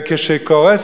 שהוא גאון